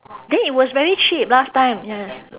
then it was very cheap last time ya